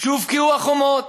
כשהובקעו החומות,